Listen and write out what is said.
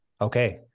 Okay